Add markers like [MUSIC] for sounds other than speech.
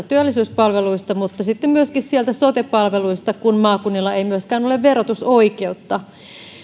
[UNINTELLIGIBLE] työllisyyspalveluista mutta sitten myöskin sieltä sote palveluista kun maakunnilla ei myöskään ole verotusoikeutta